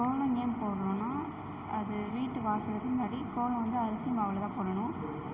கோலம் ஏன் போடுறோன்னா அது வீட்டு வாசல் முன்னாடி கோலம் வந்து அரிசி மாவில் தான் போடணும்